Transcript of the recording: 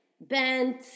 bent